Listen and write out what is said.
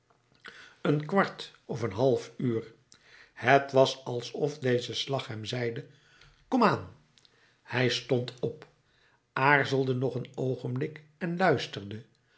een kwart of een half uur het was alsof deze slag hem zeide kom aan hij stond op aarzelde nog een oogenblik en luisterde